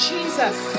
Jesus